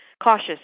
cautious